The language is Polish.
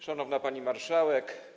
Szanowna Pani Marszałek!